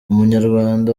umunyarwanda